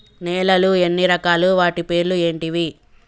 నేలలు ఎన్ని రకాలు? వాటి పేర్లు ఏంటివి?